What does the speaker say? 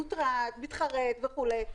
מוטרד, מתחרט וכולי.